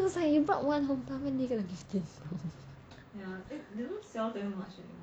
I was like you brought one home plant where did you get the fifteen from